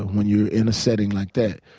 when you're in a setting like that,